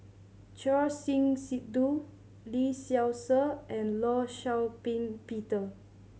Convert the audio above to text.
Choor Singh Sidhu Lee Seow Ser and Law Shau Ping Peter